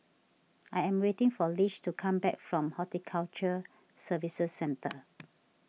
I am waiting for Lish to come back from Horticulture Services Centre